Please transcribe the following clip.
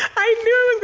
i knew